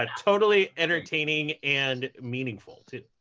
ah totally entertaining and meaningful too.